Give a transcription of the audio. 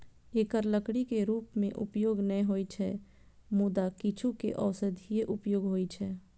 एकर लकड़ी के रूप मे उपयोग नै होइ छै, मुदा किछु के औषधीय उपयोग होइ छै